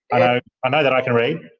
i i know that i can read.